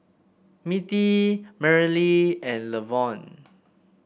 Mittie Merrily and Levon